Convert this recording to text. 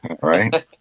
Right